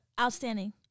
Outstanding